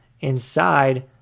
inside